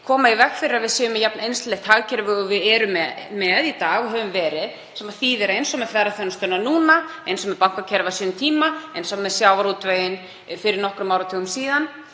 koma í veg fyrir að við séum með jafn einsleitt hagkerfi og við erum með í dag og höfum verið með sem þýðir, eins og með ferðaþjónustuna núna, eins og með bankakerfið á sínum tíma, eins og með sjávarútveginn fyrir nokkrum áratugum, að